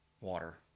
water